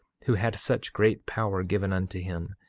who had such great power given unto him,